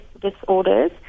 disorders